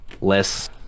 less